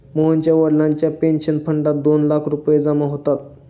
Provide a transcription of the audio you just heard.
मोहनच्या वडिलांच्या पेन्शन फंडात दोन लाख रुपये जमा होतात